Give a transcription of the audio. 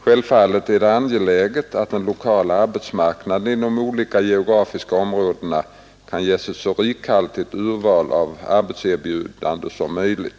Självfallet är det angeläget att den lokala arbetsmarknaden i olika geografiska områden kan ge ett så rikhaltigt urval av arbetserbjudanden som möjligt.